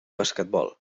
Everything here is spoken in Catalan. basquetbol